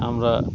আমরা